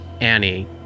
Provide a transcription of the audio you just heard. Annie